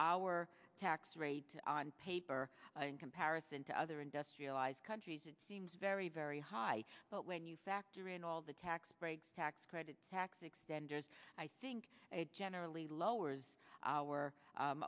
our tax rate on paper in comparison to other industrialized countries it seems very very high but when you factor in all the tax breaks tax credits tax extenders i think generally lowers our